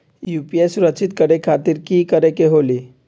UPI सुरक्षित करे खातिर कि करे के होलि?